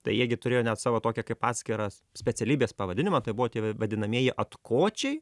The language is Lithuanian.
tai jie gi turėjo net savo tokią kaip atskiras specialybės pavadinimą tai buvo tie vadinamieji atkočiai